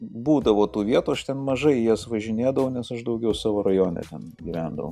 būdavo tų vietų aš ten mažai į jas važinėdavau nes aš daugiau savo rajone ten gyvendavau